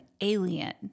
alien